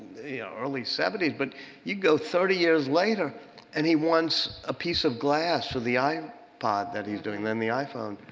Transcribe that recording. yeah early seventy s. but you go thirty years later and he wants a piece of glass for the um ipod that he's doing, then the iphone.